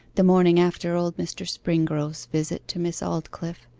the morning after old mr. springrove's visit to miss aldclyffe,